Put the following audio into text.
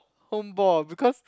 home ball ah because